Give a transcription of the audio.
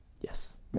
Yes